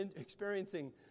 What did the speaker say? experiencing